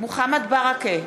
מוחמד ברכה,